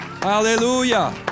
Hallelujah